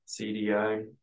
CDI